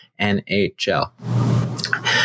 NHL